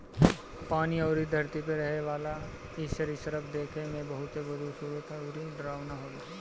पानी अउरी धरती पे रहेवाला इ सरीसृप देखे में बहुते बदसूरत अउरी डरावना होला